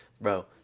Bro